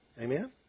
Amen